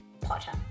Potter